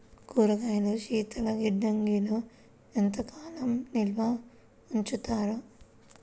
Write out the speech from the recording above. కూరగాయలను శీతలగిడ్డంగిలో ఎంత కాలం నిల్వ ఉంచుతారు?